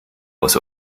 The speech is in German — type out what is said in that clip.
aus